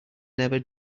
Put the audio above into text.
never